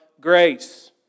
grace